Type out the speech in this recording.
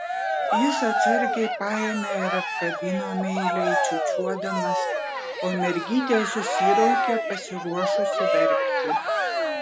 jis atsargiai paėmė ir apkabino meiliai čiūčiuodamas o mergytė susiraukė pasiruošusi verkti